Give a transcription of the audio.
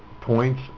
points